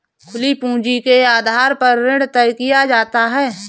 खुली पूंजी के आधार पर ऋण तय किया जाता है